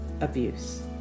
Abuse